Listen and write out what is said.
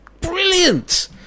Brilliant